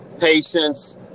patience